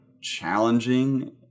challenging